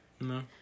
No